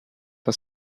the